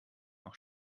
auch